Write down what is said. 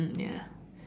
mm ya